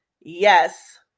Yes